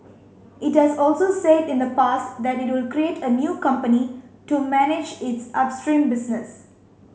it has also said in the past that it would create a new company to manage its upstream business